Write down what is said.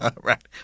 Right